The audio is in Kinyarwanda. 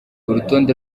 urutonde